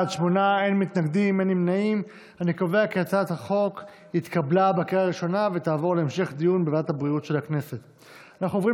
ההצעה להעביר את הצעת חוק הסדרת העיסוק במקצועות הבריאות (תיקון מס'